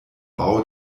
bau